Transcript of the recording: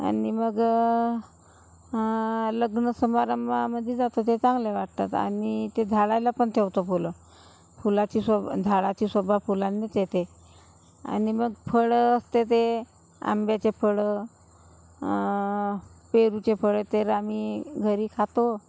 आणि मग लग्नसमारंभामध्ये जातो जे चांगले वाटतात आणि ते झाडाला पण ठेवतो फुलं फुलाची शोभा झाडाची शोभा फुलांनीच येते आणि मग फळं असते ते आंब्याचे फळं पेरूचे फळे तेरा आमी घरी खातो